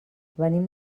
venim